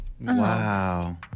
Wow